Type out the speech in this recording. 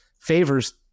favors